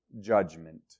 judgment